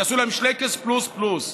יעשו להם שלייקעס פלוס פלוס.